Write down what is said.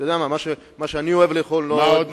מה שאני אוהב לאכול,